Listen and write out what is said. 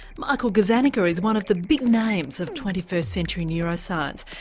michael gazzaniga is one of the big names of twenty first century neuroscience,